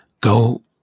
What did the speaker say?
go